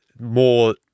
more